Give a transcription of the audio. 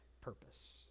purpose